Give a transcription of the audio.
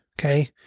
okay